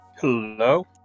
hello